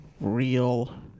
real